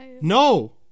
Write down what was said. No